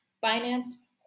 finance